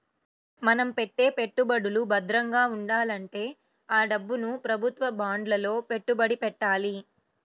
మన పెట్టే పెట్టుబడులు భద్రంగా ఉండాలంటే ఆ డబ్బుని ప్రభుత్వ బాండ్లలో పెట్టుబడి పెట్టాలి